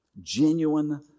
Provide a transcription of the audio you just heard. genuine